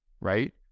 Right